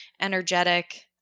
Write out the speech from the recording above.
energetic